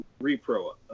repro